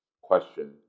question